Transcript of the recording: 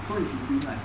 so if he win right